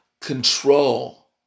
control